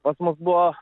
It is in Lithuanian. pas mus buvo